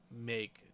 make